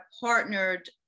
partnered